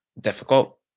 difficult